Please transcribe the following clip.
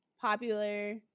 popular